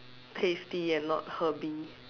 tasty and not herby